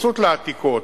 התייחסות לעתיקות,